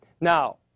Now